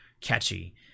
catchy